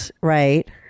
right